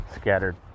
scattered